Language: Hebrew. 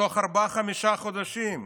בתוך ארבעה-חמישה חודשים.